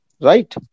Right